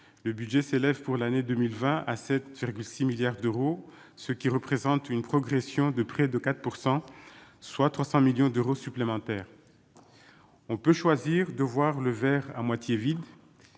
le budget s'élève pour l'année 2020 à 7,6 milliards d'euros, ce qui représente une progression de près de 4 pourcent soit 300 millions d'euros supplémentaires, on peut choisir de voir le verre à moitié vide